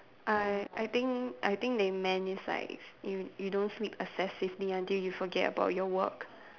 I I think I think they meant is like you you don't sleep excessively until you forget about your work